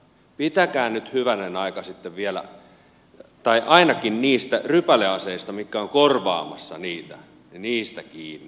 pitäkää nyt hyvänen aika sitten ainakin niistä rypäleaseista mitkä ovat korvaamassa niitä kiinni